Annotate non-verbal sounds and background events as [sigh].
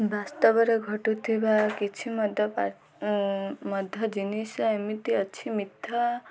ବାସ୍ତବରେ ଘଟୁଥିବା କିଛି ମଧ୍ୟ [unintelligible] ମଧ୍ୟ ଜିନିଷ ଏମିତି ଅଛି ମିଥ୍ୟା